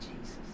Jesus